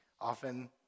often